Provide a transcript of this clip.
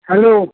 hello